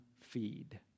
feed